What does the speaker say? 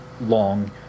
long